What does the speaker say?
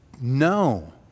no